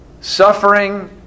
Suffering